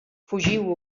fugiu